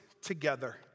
together